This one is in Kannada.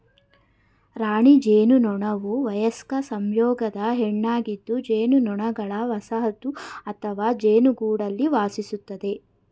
ರಾಣಿ ಜೇನುನೊಣವುವಯಸ್ಕ ಸಂಯೋಗದ ಹೆಣ್ಣಾಗಿದ್ದುಜೇನುನೊಣಗಳವಸಾಹತುಅಥವಾಜೇನುಗೂಡಲ್ಲಿವಾಸಿಸ್ತದೆ